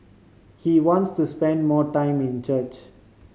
he wants to spend more time in church